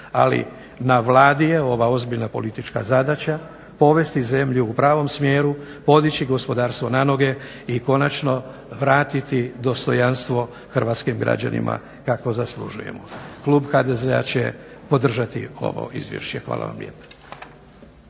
Ali na Vladi je ova ozbiljna politička zadaća povesti zemlju u pravom smjeru, podići gospodarstvo na noge i konačno vratiti dostojanstvo hrvatskim građanima kakvo zaslužujemo. Klub HDZ-a će podržati ovo izvješće. Hvala vam lijepa.